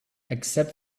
except